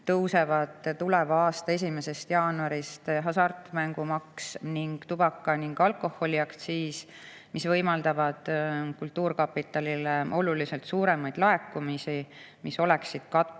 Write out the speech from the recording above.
tuleva aasta 1. jaanuarist hasartmängumaks ning tubaka‑ ja alkoholiaktsiis, mis võimaldavad kultuurkapitalile oluliselt suuremaid laekumisi, mis oleksid vajadusel